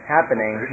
happening